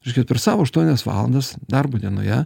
reiškia per savo aštuonias valandas darbo dienoje